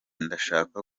ndashaka